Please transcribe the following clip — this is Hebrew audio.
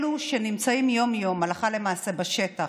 אלו שנמצאים יום-יום הלכה למעשה בשטח,